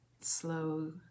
Slow